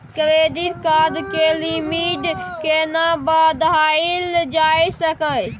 Credit card के limit केना बढायल जा सकै छै?